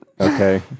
Okay